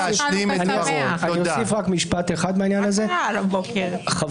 אני לא צריך סיכום, אני יושב-ראש הוועדה,